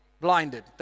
Blinded